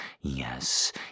yes